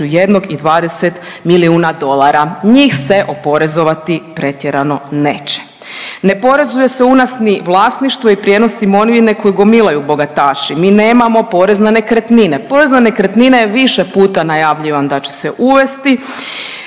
1 i 20 milijuna dolara. Njih se oporezovati pretjerano neće. Ne oporezuje se u nas ni vlasništvo i prijenos imovine koju gomilaju bogataši, mi nemamo porez na nekretnine. Porez na nekretnine je više puta najavljivan da će se uvesti.